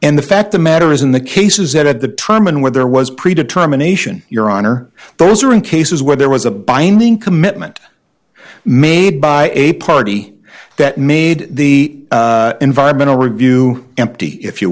and the fact the matter is in the case is that at the time and where there was pre determination your honor those are in cases where there was a binding commitment made by a party that made the environmental review empty if you